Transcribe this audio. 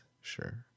sure